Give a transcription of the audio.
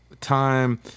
Time